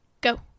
go